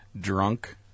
Drunk